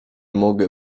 mogę